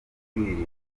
kwirinda